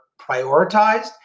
prioritized